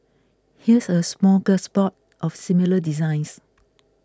here's a smorgasbord of similar designs